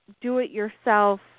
do-it-yourself